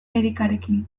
erikarekin